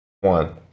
one